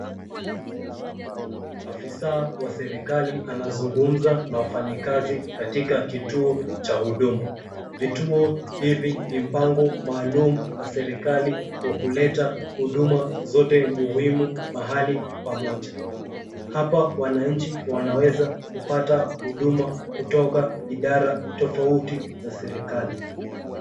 Afisa wa serikali anazungumza na wafanyikazi katika kituo cha huduma. Vituo hivi ni mpango maalum wa serikali wa kuleta huduma zote muhimu mahali pamoja. Hapa wananchi wanaweza kupata huduma kutoka idara tofauti za serikali.